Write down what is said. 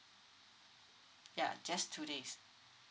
ya just two days